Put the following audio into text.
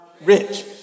rich